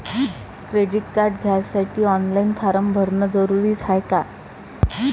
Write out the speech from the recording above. Credit card घ्यासाठी online form भरन जरुरीच हाय का?